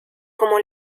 como